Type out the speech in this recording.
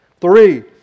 Three